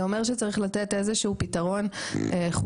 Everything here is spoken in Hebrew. זה אומר שצריך לתת איזה שהוא פתרון חוקי,